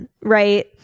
right